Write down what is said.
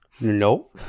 No